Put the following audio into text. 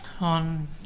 on